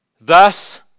thus